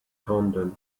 condon